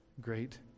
great